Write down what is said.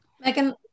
Megan